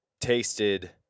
tasted